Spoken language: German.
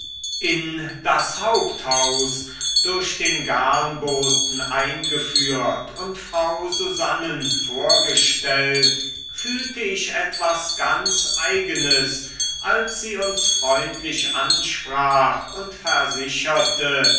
in das haupthaus durch den garnboten eingeführt und frau susannen vorgestellt fühlte ich etwas ganz eigenes als sie uns freundlich ansprach und versicherte